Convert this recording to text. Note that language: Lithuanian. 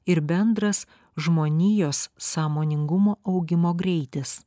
ir bendras žmonijos sąmoningumo augimo greitis